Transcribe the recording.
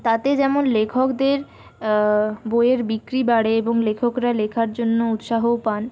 তাতে যেমন লেখকদের বইয়ের বিক্রি বাড়ে এবং লেখকরা লেখার জন্য উৎসাহও পান